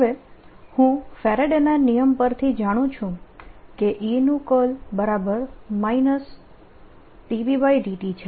હવે હું ફેરાડેના નિયમ Faraday's law પરથી જાણું છું કે E નું કર્લ E B∂t છે